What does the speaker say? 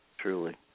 truly